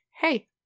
hey